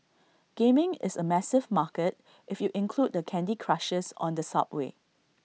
gaming is A massive market if you include the candy Crushers on the subway